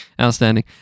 Outstanding